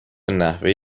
نحوه